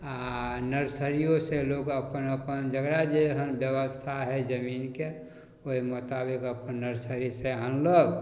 आओर नर्सरिओसँ लोक अपन अपन जकरा जेहन बेबस्था हइ जमीनके ओहि मोताबिक अपन नर्सरीसँ आनलक